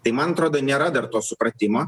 tai man atrodo nėra dar to supratimo